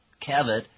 Kevin